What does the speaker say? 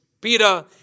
Peter